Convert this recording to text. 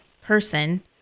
person